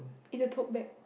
in the tote bag